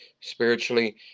spiritually